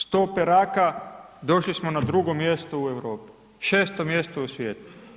Stope raka, došli smo na 2. mjesto u Europi, 6. mjesto u svijetu.